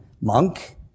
monk